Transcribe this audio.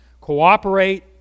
Cooperate